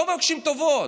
לא מבקשים טובות.